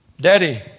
Daddy